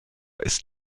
ist